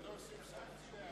ההסתייגות של קבוצת מרצ לסעיף 60,